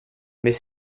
mais